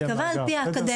ייקבע על פי האקדמיה.